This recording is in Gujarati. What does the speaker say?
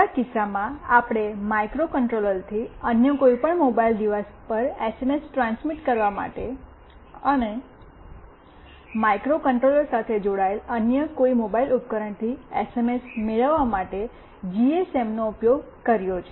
આપણા કિસ્સામાં આપણે માઇક્રોકન્ટ્રોલરથી અન્ય કોઈપણ મોબાઇલ ડિવાઇસ પર એસએમએસ ટ્રાન્સમિટ કરવા માટે અને માઇક્રોકન્ટ્રોલર સાથે જોડાયેલ અન્ય કોઈ મોબાઇલ ઉપકરણથી એસએમએસ મેળવવા માટે જીએસએમનો ઉપયોગ કર્યો છે